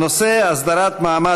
מאת חבר הכנסת יואל חסון.